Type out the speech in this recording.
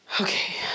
Okay